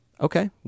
Okay